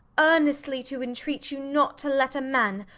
earnestly to entreat you not to let a man,